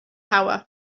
power